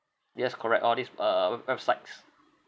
yes correct all these uh web~ websites